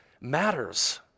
matters